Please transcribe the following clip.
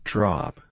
Drop